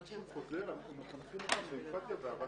אנחנו מחנכים אותם לאמפתיה ואהבת אדם.